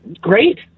great